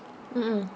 mm mm